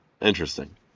Interesting